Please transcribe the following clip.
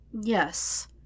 Yes